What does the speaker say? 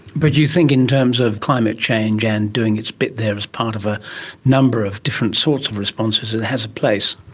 but do you think in terms of climate change and doing its bit there as part of a number of different sorts of responses that it has a place?